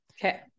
Okay